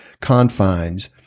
confines